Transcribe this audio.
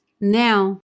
now